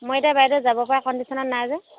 মই এতিয়া বাইদেউ যাবপৰা কণ্ডিচনত নাই যে